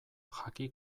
jaki